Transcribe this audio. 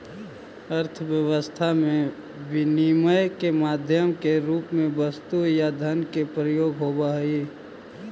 अर्थव्यवस्था में विनिमय के माध्यम के रूप में वस्तु या धन के प्रयोग होवऽ हई